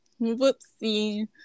whoopsie